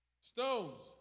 Stones